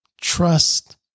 Trust